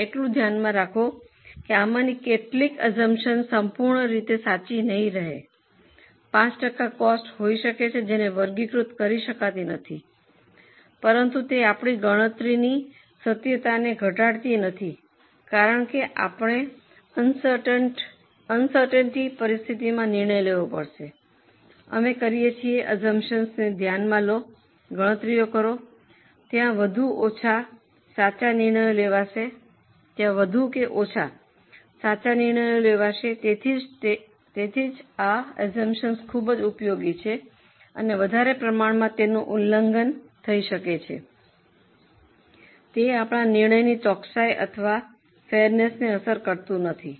ફક્ત ધ્યાનમાં રાખો કે આમાંની કેટલીક અસ્સુમ્પ્શન્સ સંપૂર્ણ રીતે સાચું નહીં રહે 5 ટકા 5 કોસ્ટ હોઈ શકે છે જેને વર્ગીકૃત કરી શકાતી નથી પરંતુ તે આપણી ગણતરીની સાચીતાને ઘટાડતી નથી કારણ કે આપણા ને અન્સર્ટઇન્ટી પરિસ્થિતિમાં નિર્ણય લેવો પડશે અમે કરીએ છીએ આઅસ્સુમ્પ્શન્સ ને ધ્યાનમાં લો અને ગણતરીઓ કરો ત્યાં વધુ કે ઓછા સાચા નિર્ણયો લેવાશે તેથી જ આ આઅસ્સુમ્પ્શન્સ ખૂબ ઉપયોગી છે અને વધારે પ્રમાણમાં તેમનું ઉલ્લંઘન થઈ શકે છે તે આપણા નિર્ણયની ચોકસાઈ અથવા ફાયરનેસ્સને અસર કરતું નથી